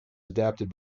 adapted